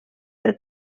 per